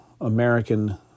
American